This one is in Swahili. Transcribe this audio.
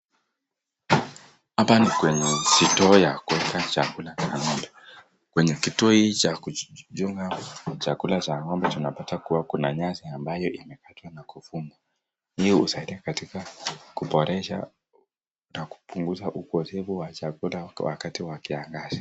Hapa ni kwenye kituo ya kuweka chakula ya ng'ombe, kwenye kituo hiki cha kuchunga chakula cha ng'ombe tunapata, kwamba kuna nyasi ambayo imekatwa na kufungwa, hii husaidia katika kuboresha na kupunguza wa chakula wakati wa kiangazi.